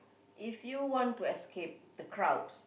if you want to escape the crowds